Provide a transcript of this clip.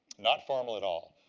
not formal at all.